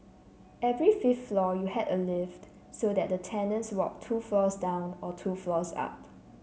every fifth floor you had a lift so that the tenants walked two floors down or two floors up